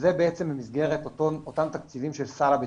וזה בעצם במסגרת אותם תקציבים של סל הבטיחות.